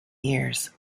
years